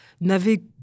n'avait